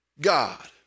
God